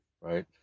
Right